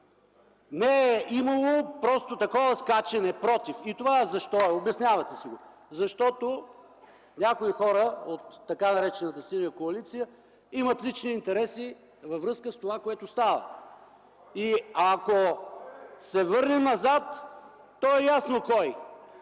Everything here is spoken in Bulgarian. Не е имало просто такова скачане „против”. И това защо е? Обяснявате си го. Защото някои хора от така наречената Синя коалиция имат лични интереси във връзка с това, което става. ВАНЬО ШАРКОВ (СК, от място): Кой?